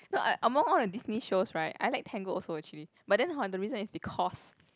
no among all the Disney shows right I like Tangled also actually but then hor the reason is because